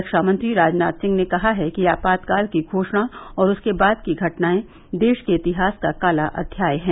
रक्षामंत्री राजनाथ सिंह ने कहा है कि आपातकाल की घोषणा और उसके बाद की घटनाएं देश के इतिहास का काला अध्याय है